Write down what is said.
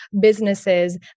businesses